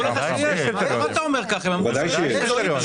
אמרו שיש.